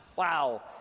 wow